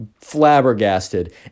flabbergasted